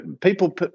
people